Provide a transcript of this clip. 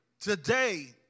today